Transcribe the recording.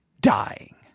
dying